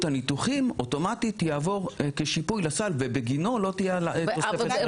הניתוחים אוטומטית יעבור כשיפוי לסל ובגינו לא תהיה תוספת פרמיה.